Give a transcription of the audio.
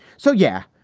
so, yeah.